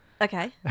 Okay